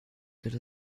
good